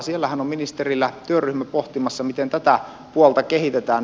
ministerillähän on työryhmä pohtimassa miten tätä puolta kehitetään